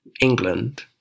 England